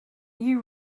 you